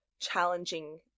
challenging